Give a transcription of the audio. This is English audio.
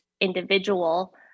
individual